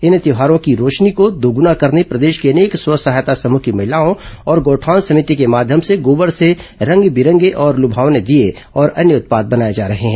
इन त्यौहारों की रोशनी को दोगुना करने प्रदेश की अनेक स्व सहायता समूह की महिलाओं और गौठान सभिति के माध्यम से गोबर से रंग बिरंगे और लुभावने दीये और अन्य उत्पाद बनाए जा रहे हैं